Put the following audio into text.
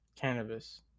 Cannabis